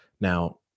Now